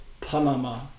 Panama